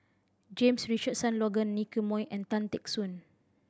James Richardson Logan Nicky Moey and Tan Teck Soon